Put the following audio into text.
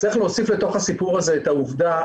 צריך להוסיף לתוך הסיפור הזה את העובדה,